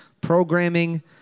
programming